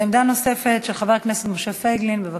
עמדה נוספת של חבר הכנסת משה פייגלין, בבקשה.